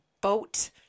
boat